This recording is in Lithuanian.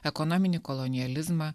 ekonominį kolonializmą